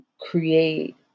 create